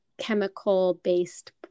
chemical-based